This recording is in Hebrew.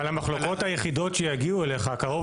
אבל המחלוקות היחידות שיגיעו אליך קרוב